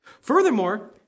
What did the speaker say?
Furthermore